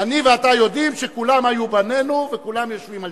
אני ואתה יודעים שכולם היו בנינו וכולם יושבים על-תנאי.